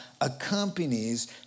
accompanies